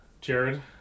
Jared